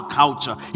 culture